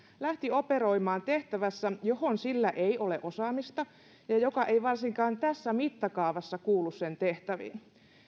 lähti operoimaan tehtävässä johon sillä ei ole osaamista ja ja joka ei varsinkaan tässä mittakaavassa kuulu sen tehtäviin